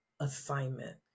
assignment